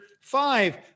five